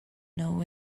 know